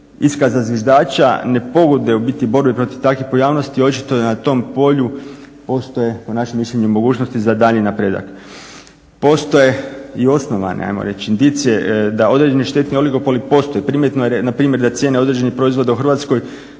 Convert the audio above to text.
iskaza zviždača ne pogoduje u biti borbi protiv takvih pojavnosti. Očito da na tom polju postoje po našem mišljenu mogućnosti za daljnji napredak. Postoje i osnovane, hajmo reći indicije da određeni štetni oligopoli postoje. Primjetno je na primjer da cijene određenih proizvoda u Hrvatskoj